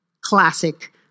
Classic